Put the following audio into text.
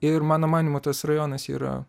ir mano manymu tas rajonas yra